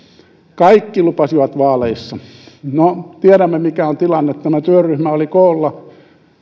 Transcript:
kaikki lupasivat vaaleissa no tiedämme mikä on tilanne tämä työryhmä oli koolla